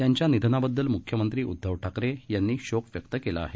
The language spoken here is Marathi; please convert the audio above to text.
त्यांच्या निधना बददल मुख्यमंत्री उदधव ठाकरे यांनी शोक व्यक्त केला आहे